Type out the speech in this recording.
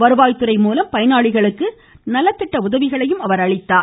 வருவாய் துறை மூலம் பயனாளிகளுக்கு நலத்திட்ட உதவிகளையும் அவர் அளித்தார்